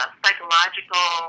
psychological